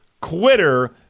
quitter